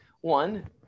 one